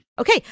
Okay